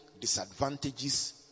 disadvantages